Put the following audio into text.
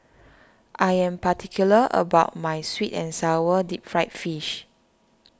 I am particular about my Sweet and Sour Deep Fried Fish